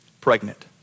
pregnant